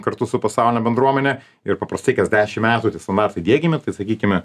kartu su pasauline bendruomene ir paprastai kas dešim metų tie standartai diegiami tai sakykime